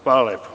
Hvala.